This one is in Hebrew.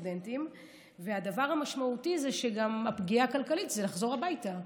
והדבר המשמעותי בפגיעה הכלכלית זה לחזור הביתה,